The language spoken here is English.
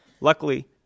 Luckily